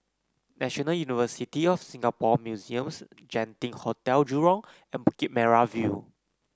National University of Singapore Museums Genting Hotel Jurong and Bukit Merah View